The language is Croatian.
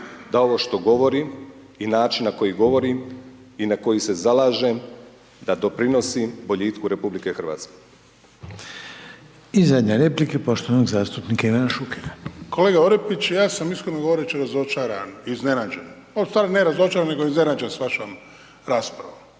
da ovo što govorim i način na koji govorim i na koji se zalažem da doprinosi boljitku RH. **Reiner, Željko (HDZ)** I zadnje replike poštovanog zastupnika Ivana Šukera. **Šuker, Ivan (HDZ)** Kolega Orepić, ja sam iskreno govoreć razočaran, iznenađen, a u stvari ne razočaran, nego iznenađen s vašom raspravom.